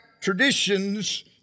traditions